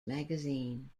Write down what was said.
magazine